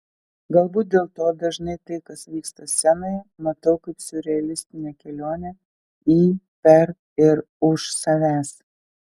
galbūt dėl to dažnai tai kas vyksta scenoje matau kaip siurrealistinę kelionę į per ir už savęs